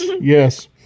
yes